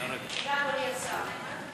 תודה, אדוני השר.